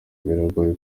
biragoye